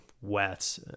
wet